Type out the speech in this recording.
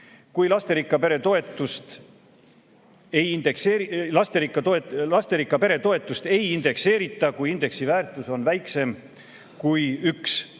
Lasterikka pere toetust ei indekseerita, kui indeksi väärtus on väiksem kui 1,